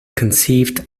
conceived